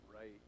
right